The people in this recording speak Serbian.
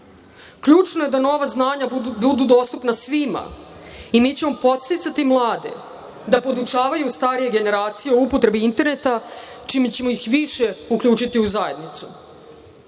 Ključno je da nova znanja budu dostupna svima i mi ćemo podsticati mlade da podučavaju starije generacije o upotrebi interneta, čime ćemo ih više uključiti u zajednicu.